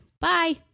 Bye